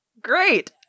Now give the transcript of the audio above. Great